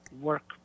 work